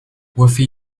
وفي